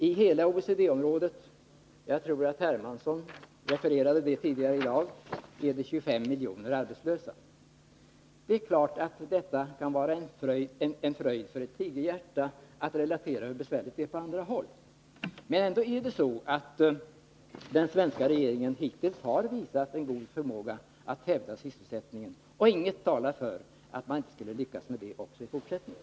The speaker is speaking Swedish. I hela OECD-området uppgår — jag tror att också herr Hermansson nämnde detta — antalet arbetslösa till ca 25 miljoner. Det är klart att det kan vara en tröst för ett tigerhjärta att relatera hur besvärligt det är på andra håll. Den svenska regeringen har emellertid hittills visat en god förmåga att hävda sysselsättningen, och ingenting talar för att den inte kommer att lyckas också i fortsättningen.